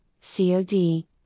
COD